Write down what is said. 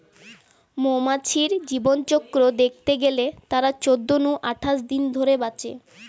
মৌমাছির জীবনচক্র দ্যাখতে গেলে তারা চোদ্দ নু আঠাশ দিন ধরে বাঁচে